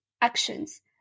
actions